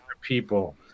people